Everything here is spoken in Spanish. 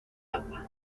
agua